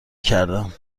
کردم